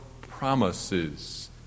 promises